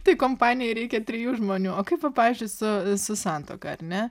tai kompanijai reikia trijų žmonių o kaip va pavyzdžiui su su santuoka ar ne